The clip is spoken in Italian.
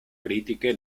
critiche